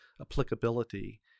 applicability